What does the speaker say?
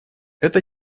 это